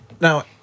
Now